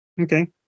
Okay